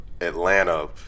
Atlanta